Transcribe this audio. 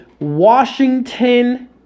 Washington